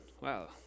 Wow